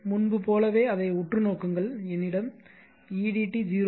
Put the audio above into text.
முன்பு போலவே அதை உற்று நோக்குங்கள் என்னிடம் edt01